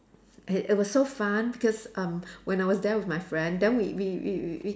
and it was so fun because um when I was there with my friend then we we we we we